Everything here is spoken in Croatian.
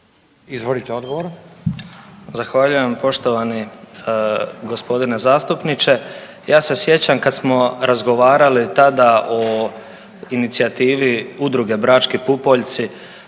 Josip (HDZ)** Zahvaljujem poštovani g. zastupniče. Ja se sjećam kad smo razgovarali tada o inicijativi udruge „Brački pupoljci“